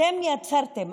אתם יצרתם.